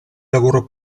lavoro